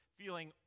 feeling